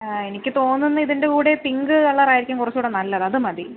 എനിക്ക് തോന്നുന്നത് ഇതിൻ്റെ കൂടെ പിങ്ക് കളർ ആയിരിക്കും കുറച്ച് കൂടെ നല്ലത് അത് മതി